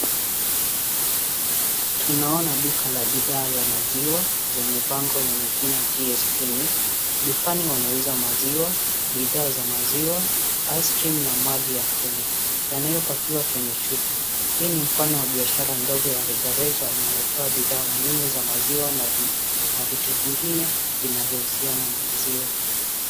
Tunaona duka la bidha zamaziwa lenye bango lajina gsp dukani wanauza maziwa bidha za maziwa icecream na maji yakunywa yanayo pakiwa kwenye chupa hii nimfano wa biashara ndogo rejareja inayo toa bidha muhimu za maziwa na vitu vingine vinavo usiana na maziwa.